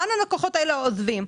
לאן הלקוחות האלה עוזבים.